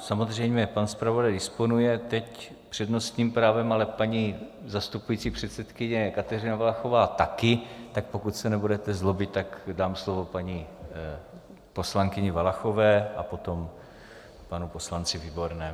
Samozřejmě pan zpravodaj disponuje teď přednostním právem, ale paní zastupující předsedkyně Kateřina Valachová taky, tak pokud se nebudete zlobit, tak dám slovo paní poslankyni Valachové a potom panu poslanci Výbornému.